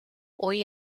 hoy